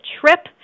trip